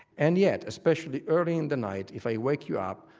and yet, especially early in the night, if i wake you up,